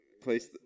place